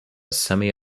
semi